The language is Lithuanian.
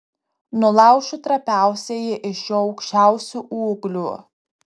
nulaušiu trapiausiąjį iš jo aukščiausių ūglių